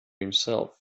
himself